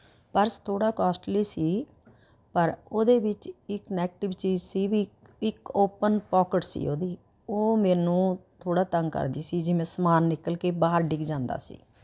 purse ਥੋੜ੍ਹਾ costly ਸੀ ਪਰ ਓਹਦੇ ਵਿੱਚ ਇੱਕ ਨੇਗਟਿਵ ਚੀਜ਼ ਸੀ ਵੀ ਇ ਇੱਕ ਓਪਨ ਪੋਕਟ ਸੀ ਓਹਦੀ ਓਹ ਮੈਨੂੰ ਥੋੜ੍ਹਾ ਤੰਗ ਕਰਦੀ ਸੀ ਜਿਵੇਂ ਸਮਾਨ ਨਿਕਲ ਕੇ ਬਹਾਰ ਡਿੱਗ ਜਾਂਦਾ ਸੀ